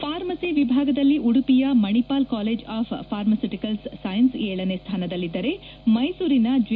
pharmacy ವಿಭಾಗದಲ್ಲಿ ಉಡುಪಿಯ Manipal college of pharmaceutical science ಏಳನೇ ಸ್ಥಾನದಲ್ಲಿದ್ದರೆ ಮೈಸೂರಿನ ಜೆ